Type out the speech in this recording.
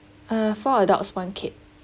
err four adults one kid